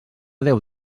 déu